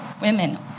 women